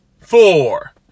four